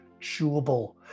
chewable